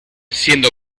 siendo